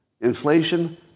Inflation